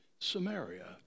Samaria